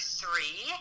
three